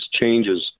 changes